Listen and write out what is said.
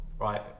right